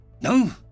No